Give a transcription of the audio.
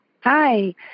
Hi